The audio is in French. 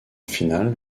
finale